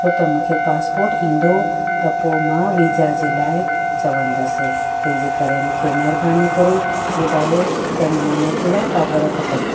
छो त मूंखे पासपोर्ट ईंदो त पोइ मां वीजा जे लाइ चवंदसि तंहिंजे करे मूंखे महिरबानी करे ॿुधायो त इन में अञा कहिड़ा काग़र खपनि